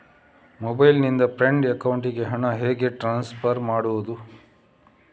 Mobile ನಿಂದ friend ಅಕೌಂಟಿಗೆ ಹಣ ಹೇಗೆ ಟ್ರಾನ್ಸ್ಫರ್ ಮಾಡುವುದು?